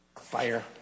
fire